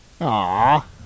Aw